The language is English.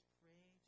pray